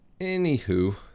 Anywho